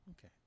Okay